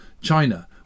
China